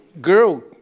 girl